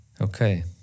Okay